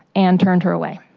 and turned her away.